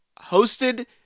hosted